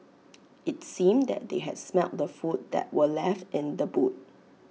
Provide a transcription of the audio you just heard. IT seemed that they had smelt the food that were left in the boot